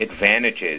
advantages